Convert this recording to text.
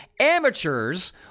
amateurs